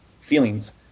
Feelings